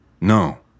No